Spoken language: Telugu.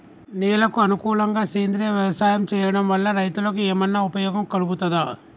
నేలకు అనుకూలంగా సేంద్రీయ వ్యవసాయం చేయడం వల్ల రైతులకు ఏమన్నా ఉపయోగం కలుగుతదా?